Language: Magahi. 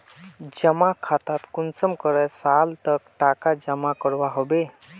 जमा खातात कुंसम करे साल तक टका जमा करवा होबे?